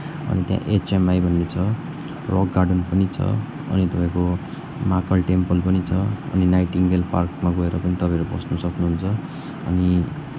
अनि त्यहाँ एचएमआई भन्ने छ रक गार्डन पनि छ अनि तपाईँको महाकाल टेम्पल पनि छ अनि नाइटिङ्गेल पार्कमा गएर पनि तपाईँहरू बस्न सक्नुहुन्छ अनि